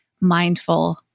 mindful